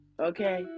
okay